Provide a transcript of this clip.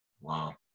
wow